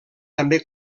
també